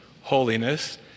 holiness